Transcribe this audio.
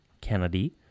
Kennedy